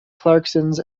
clarkson